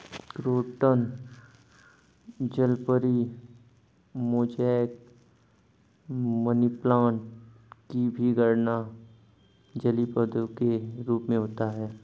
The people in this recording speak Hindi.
क्रोटन जलपरी, मोजैक, मनीप्लांट की भी गणना जलीय पौधे के रूप में होती है